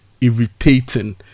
irritating